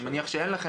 אני מניח שאין לכם,